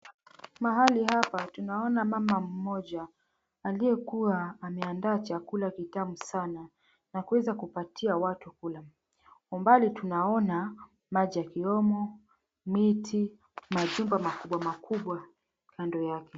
Mahali hapa tunaona mama mmoja aliyeandaa chakula kitamu sana na kuweza kupatia watu kula umbali maji ya kiomo, miti majumba makubwa makubwa kando yake.